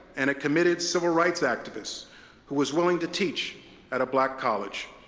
and a committed civil-rights activist who was willing to teach at a black college.